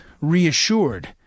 reassured